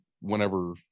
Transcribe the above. whenever